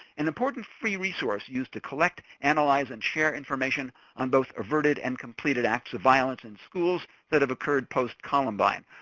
an important free resource used to collect, analyze and share information on both averted and completed acts of violence in schools that have occurred post-columbine.